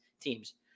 teams